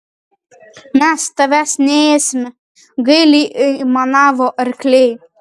mes tavęs neėsime gailiai aimanavo arkliai